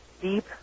deep